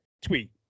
tweet